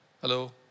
Hello